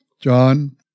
John